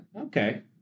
okay